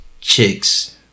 chicks